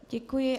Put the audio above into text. Děkuji.